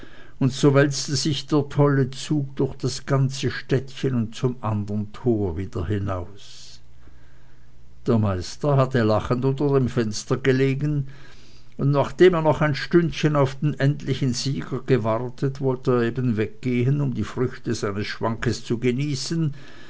und so wälzte sich der tolle zug durch das ganze städten und zum andern tore wieder hinaus der meister hatte lachend unter dem fenster gelegen und nachdem er noch ein stündchen auf den endlichen sieger gewartet wollte er eben weggehen um die früchte seines schwankes zu genießen